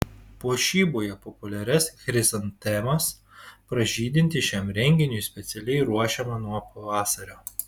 puošyboje populiarias chrizantemas pražydinti šiam renginiui specialiai ruošiama nuo pavasario